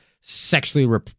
sexually